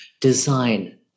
design